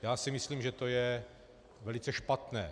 Já si myslím, že to je velice špatné.